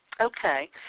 Okay